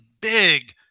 big